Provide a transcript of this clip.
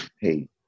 hey